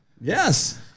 yes